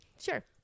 sure